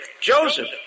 Joseph